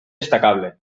destacable